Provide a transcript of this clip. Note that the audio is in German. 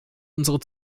unsere